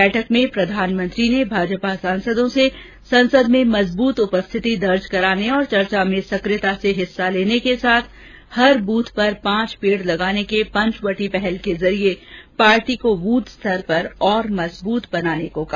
बैठक में प्रधानमंत्री ने भाजपा सांसदों से संसद में मजबूत उपस्थिति दर्ज कराने और चर्चा में सकियता से हिस्सा लेने के साथ हर बूथ पर पांच पेड़ लगाने के पंचवटी पहल के जरिये पार्टी को बूथ स्तर पर और मजबूत बनाने को कहा